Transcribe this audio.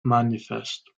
manifest